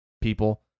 people